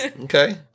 Okay